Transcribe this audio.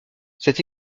cette